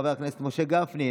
חבר הכנסת משה גפני,